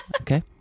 okay